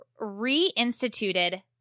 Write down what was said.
reinstituted